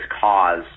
cause